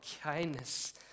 kindness